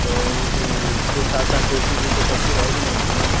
तो ओ उसके साथ साथ ए सी भी तो चलती रहेगी न उसमें